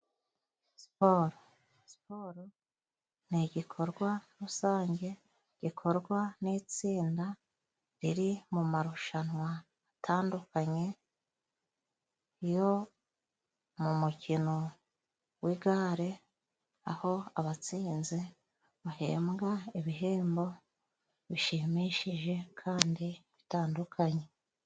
Siporo, siporo ni igikorwa rusange gikorwa nitsinda riri mu marushanwa atandukanye yo mu mukino wigare aho abatsinze bahembwa ibihembo bishimishije kandi bitandukanye.